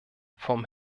von